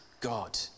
God